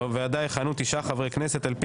בוועדה יכהנו תשעה חברי כנסת על פי